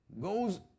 goes